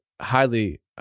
highly